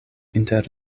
inter